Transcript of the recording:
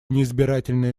неизбирательные